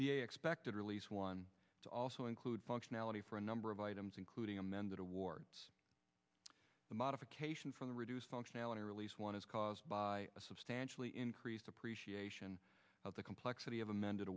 the expected release one to also include functionality for a number of items including amended awards the modification for the reduced functionality release one is caused by a substantially increased appreciation of the complexity of amended